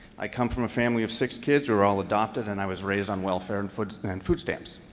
i come from a family of six kids. we were all adopted, and i was raised on welfare and food and food stamps.